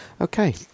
Okay